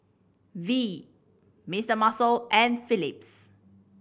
V Mister Muscle and Philips